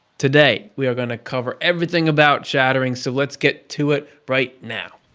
today, we are going to cover everything about shatterings, so let's get to it right now.